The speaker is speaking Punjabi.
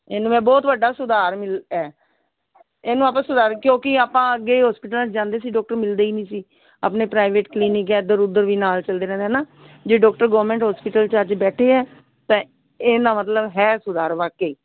ਇਹਨੂੰ ਮੈਂ ਬਹੁਤ ਵੱਡਾ ਸੁਧਾਰ ਮਿਲਿਆ ਹੈ ਇਹਨੂੰ ਆਪਾਂ ਸੁਧਾਰ ਕਿਉਂਕਿ ਆਪਾਂ ਅੱਗੇ ਵੀ ਹੋਸਪੀਟਲਾਂ 'ਚ ਜਾਂਦੇ ਸੀ ਡੋਕਟਰ ਮਿਲਦੇ ਹੀ ਨਹੀਂ ਸੀ ਆਪਣੇ ਪ੍ਰਾਈਵੇਟ ਕਲੀਨਿਕ ਇੱਧਰ ਉੱਧਰ ਵੀ ਨਾਲ ਚਲਦੇ ਰਹਿੰਦੇ ਹੈ ਨਾ ਜੇ ਡੋਕਟਰ ਗੌਰਮੈਂਟ ਹੋਸਪੀਟਲ 'ਚ ਅੱਜ ਬੈਠੇ ਹੈ ਤਾਂ ਇਹ ਨਾ ਮਤਲਬ ਹੈ ਸੁਧਾਰ ਵਾਕਈ